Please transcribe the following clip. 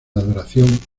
adoración